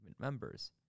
members